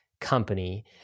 company